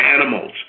animals